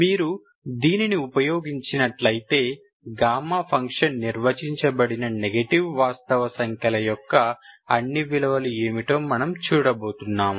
మీరు దీనిని ఉపయోగించినట్లయితే గామా ఫంక్షన్ నిర్వచించబడిన నెగెటివ్ వాస్తవ సంఖ్యల యొక్క అన్ని విలువలు ఏమిటో మనము చూడబోతున్నాము